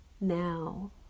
Now